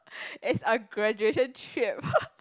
it's a graduation trip